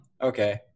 Okay